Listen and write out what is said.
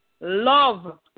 love